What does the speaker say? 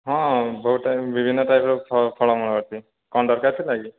ହଁ ବହୁତ ଟାଇପ ବିଭିନ୍ନ ପ୍ରକାରର ଫଳ ଫଳମୂଳ ଅଛି କ'ଣ ଦରକାର ଥିଲା କି